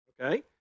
okay